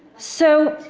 so